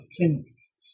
clinics